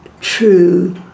true